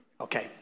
Okay